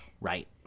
Right